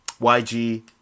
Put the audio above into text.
yg